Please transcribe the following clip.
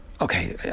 okay